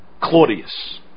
Claudius